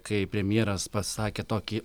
kai premjeras pasakė tokį